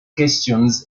questions